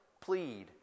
Plead